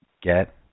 Get